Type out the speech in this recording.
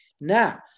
Now